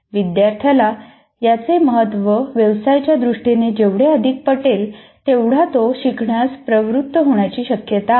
विद्यार्थ्याला याचे महत्त्व व्यवसायाच्या दृष्टीने जेवढे अधिक पटेल तेवढा तो शिकण्यास प्रवृत्त होण्याची शक्यता आहे